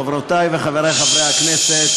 חברותי וחברי חברי הכנסת,